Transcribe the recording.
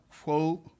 quote